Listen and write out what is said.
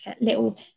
little